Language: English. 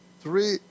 three